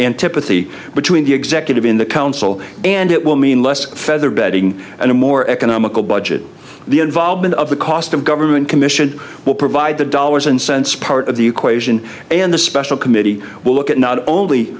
antipathy between the executive in the council and it will mean less featherbedding and a more economical budget the involvement of the cost of government commission will provide the dollars and cents part of the equation and the special committee will look at not only